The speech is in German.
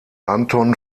anton